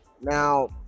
Now